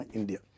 India